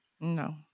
No